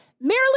Marilyn